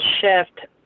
shift